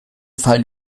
fallen